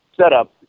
Setup